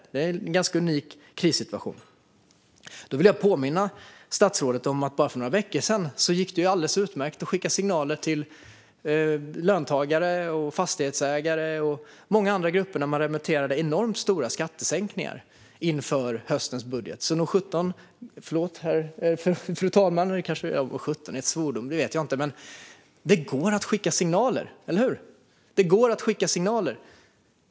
Det är en ganska unik krissituation. Jag vill därför påminna statsrådet om att det för bara några veckor sedan ju gick alldeles utmärkt att skicka signaler till löntagare, fastighetsägare och många andra grupper. Det gjorde man när man remitterade förslag om enormt stora skattesänkningar inför höstens budget. Nog sjutton - förlåt, fru talman, även om jag inte vet om "sjutton" är en svordom - går det alltså att skicka signaler. Eller hur? Det går att skicka signaler.